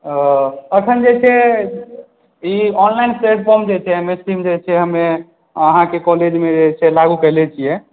अखन जे छै ई ऑनलाइन प्लेटफॉर्म जे छै एम एस टीम जे छै हमे अहाँके कॉलेजमे जे लागू कयले छियै